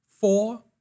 four